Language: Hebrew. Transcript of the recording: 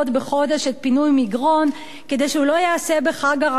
פינוי מגרון כדי שהוא לא ייעשה בחג הרמדאן.